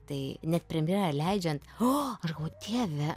tai net premjerą leidžiant o aš galvojau dieve